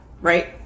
Right